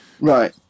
Right